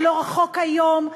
ולא רחוק היום,